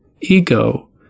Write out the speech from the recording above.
ego